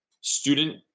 student